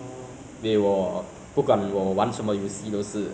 ya last wednesday err I begin my